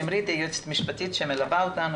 בבקשה, שמרית, היועצת המשפטית שמלווה אותנו.